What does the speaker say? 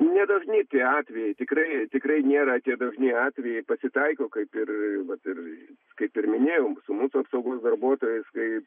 nedažni tie atvejai tikrai tikrai nėra tie dažni atvejai pasitaiko kaip ir vat ir kaip ir minėjom su mūsų apsaugos darbuotojais kai